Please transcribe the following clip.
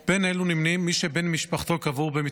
עם אלו נמנים מי שבן משפחתו קבור במתחם